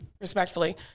respectfully